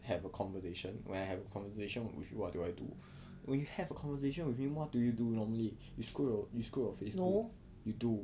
no